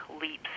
leaps